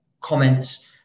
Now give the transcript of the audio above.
comments